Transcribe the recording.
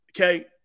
Okay